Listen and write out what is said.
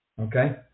Okay